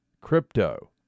crypto